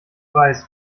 weiß